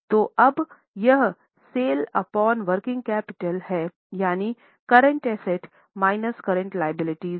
तो अब यह सेल्स अपॉन वर्किंग कैपिटल है यानि current asset minus current liability है